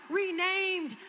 renamed